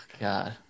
God